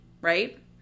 right